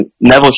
Neville